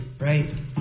Right